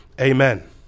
Amen